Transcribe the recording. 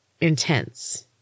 intense